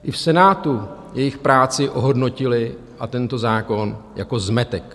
I v Senátu jejich práci ohodnotili a tento zákon jako zmetek.